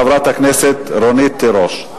חברת הכנסת רונית תירוש.